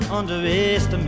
underestimate